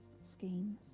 schemes